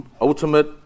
ultimate